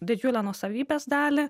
didžiulę nuosavybės dalį